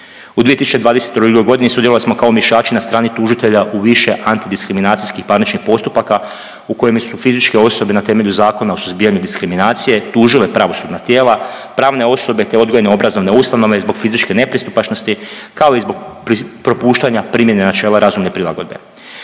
U 2022.g. sudjelovali smo kao umješači na strani tužitelja u više antidiskriminacijskih parničnih postupaka u kojima su fizičke osobe na temelju Zakona o suzbijanju diskriminacije tužile pravosudna tijela, pravne osobe, te odgojno obrazovne ustanove zbog fizičke nepristupačnosti, kao i zbog propuštanja primjene načela razumne prilagodbe.